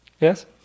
Yes